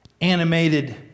animated